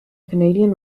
canadian